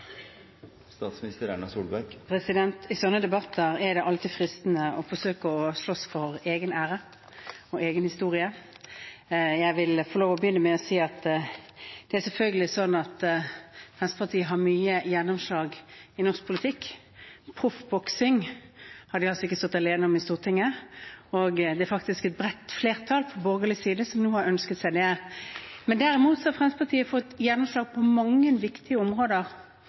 det alltid fristende å forsøke å slåss for egen ære og egen historie. Jeg vil få lov til å begynne med å si at det er selvfølgelig sånn at Fremskrittspartiet har mange gjennomslag i norsk politikk. Proffboksing har de altså ikke stått alene om i Stortinget, det er faktisk et bredt flertall på borgerlig side som har ønsket det. Fremskrittspartiet har fått gjennomslag på mange viktige områder